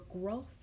growth